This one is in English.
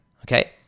okay